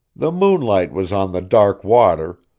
the moonlight was on the dark water,